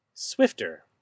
Swifter